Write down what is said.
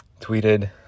tweeted